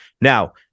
Now